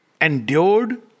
Endured